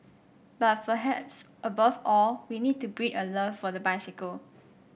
but perhaps above all we need to breed a love for the bicycle